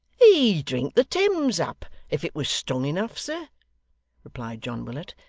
he'd drink the thames up, if it was strong enough, sir replied john willet.